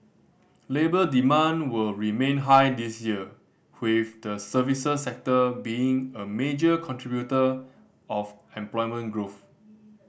labour demand will remain high this year with the services sector being a major contributor of employment growth